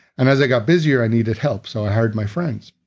and as i got busier, i needed help so i hired my friends,